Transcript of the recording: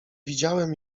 widziałem